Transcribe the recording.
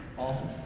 awesome.